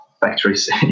factories